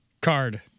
Card